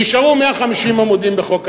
נשארו 150 עמודים בחוק ההסדרים,